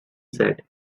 said